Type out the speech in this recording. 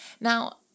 Now